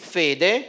fede